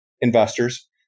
investors